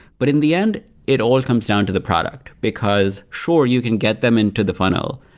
but in the end, it all comes down to the product because sure, you can get them into the funnel,